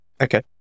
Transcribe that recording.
Okay